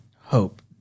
hope